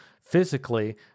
physically